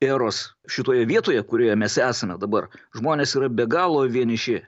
eros šitoje vietoje kurioje mes esame dabar žmonės yra be galo vieniši